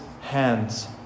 hands